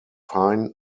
fine